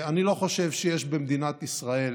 אני לא חושב שיש במדינת ישראל